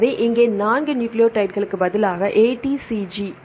எனவே இங்கே 4 நியூக்ளியோடைட்களுக்கு பதிலாக A T C G